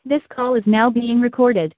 this call is now being recorded